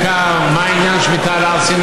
יש אישה שיכולה כך להפקיר את גופה בלי הצורך